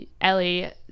Ellie